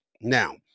now